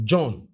John